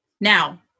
Now